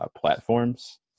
platforms